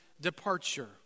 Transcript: departure